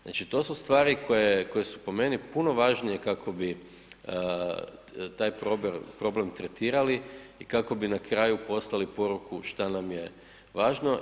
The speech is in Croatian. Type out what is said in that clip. Znači to su stvari koje su po meni puno važnije kako bi taj problem tretirali i kako bi na kraju poslali poruku šta nam je važno.